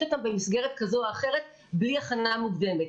אותם במסגרת כזאת או אחרת בלי הכנה מוקדמת.